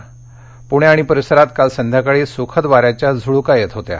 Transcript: पूणे आणि परिसरात काल संध्याकाळी सुखद वाऱ्याच्या झुळूका येत होत्या